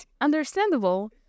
Understandable